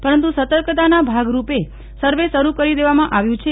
પરંતુ સતર્કતાના ભાગરૂપે સર્વે શરૂ કરી દેવામાં આવ્યું છે